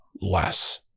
less